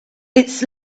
its